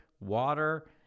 water